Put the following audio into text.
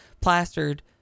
plastered